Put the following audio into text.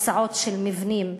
הצעות של מבנים,